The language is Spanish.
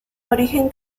origen